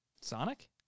Sonic